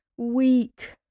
Weak